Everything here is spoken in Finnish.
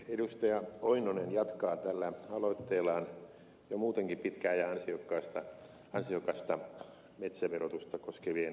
lauri oinonen jatkaa tällä aloitteellaan jo muutenkin pitkää ja ansiokasta metsäverotusta koskevien lakialoitteittensa sarjaa